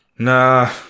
nah